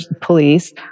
police